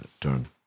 turn